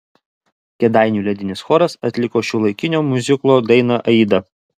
kėdainių ledinis choras atliko šiuolaikinio miuziklo dainą aida